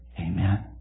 Amen